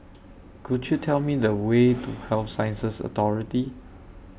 Could YOU Tell Me The Way to Health Sciences Authority